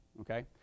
Okay